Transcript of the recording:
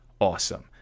awesome